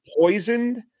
Poisoned